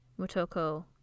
Motoko